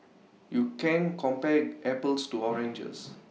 you can't compare apples to oranges